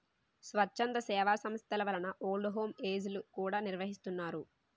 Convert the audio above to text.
స్వచ్ఛంద సేవా సంస్థల వలన ఓల్డ్ హోమ్ ఏజ్ లు కూడా నిర్వహిస్తున్నారు